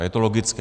Je to logické.